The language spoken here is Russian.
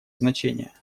значение